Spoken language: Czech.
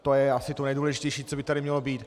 To je asi to nejdůležitější, co by tady mělo být.